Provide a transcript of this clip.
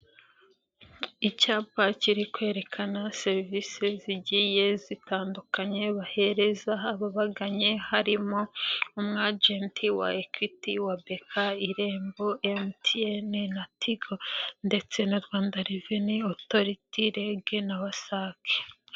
Icyapa kiri kwerekana serivisi zigiye zitandukanye bahereza ababaganye harimo umu ajenti wa Equity, wa BK, Irembo, MTN na Tigo ndetse na RRA, REG na WASAC.